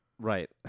Right